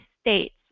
states